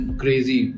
crazy